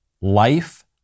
life